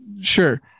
sure